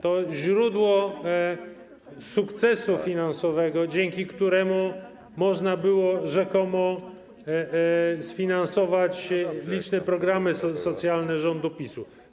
To źródło sukcesu finansowego, dzięki któremu można było rzekomo sfinansować liczne programy socjalne rządu PiS-u.